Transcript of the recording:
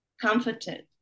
comforted